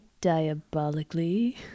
diabolically